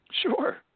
Sure